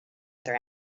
other